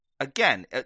Again